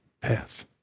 path